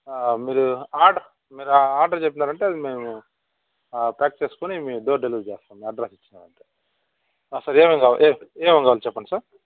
మీరు ఆర్డర్ మీరు ఆర్డర్ చెప్పినారంటే అది మేము ప్యాక్ చేసుకొని మీకు డోర్ డెలివరీ చేస్తాము అడ్రస్ ఇచ్చినారంటే ఆ సరే ఏమేమి కావాలి ఏమేమి కావాలి చెప్పండి సార్